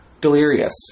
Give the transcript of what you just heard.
Delirious